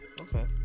Okay